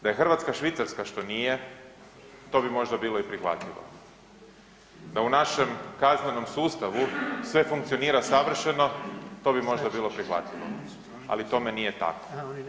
Da je Hrvatska Švicarska što nije to bi možda bilo i prihvatljivo, da u našem kaznenom sustavu sve funkcionira savršeno to bi možda bilo prihvatljivo, ali tome nije tako.